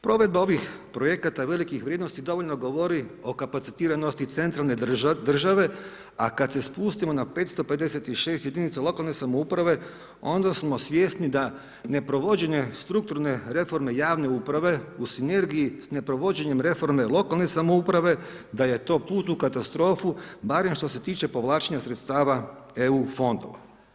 Provedba ovih projekata velikih vrijednosti dovoljno govori o kapacitiranosti centralne države, a kad se spustimo na 556 jedinica lokalne samouprave, onda smo svjesni da neprovođenje strukturne reforme javne uprave u sinergiji s neprovođenjem reforme lokalne samouprave, da je to put u katastrofu barem što se tiče povlačenja sredstava EU fondova.